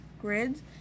grids